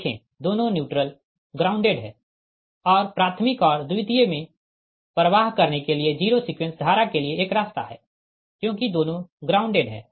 देखें दोनों neutral grounded है और प्राथमिक और द्वितीय में प्रवाह करने के लिए जीरो सीक्वेंस धारा के लिए एक रास्ता है क्योंकि दोनों ग्राउंडेड है